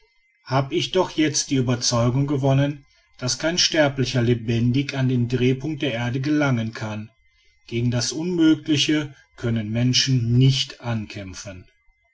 habe ich doch jetzt die ueberzeugung gewonnen daß kein sterblicher lebendig an den drehpunkt der erde gelangen kann gegen das unmögliche können menschen nicht ankämpfen